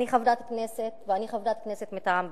אני חברת כנסת ואני חברת כנסת מטעם בל"ד.